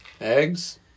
eggs